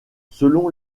selon